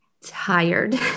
tired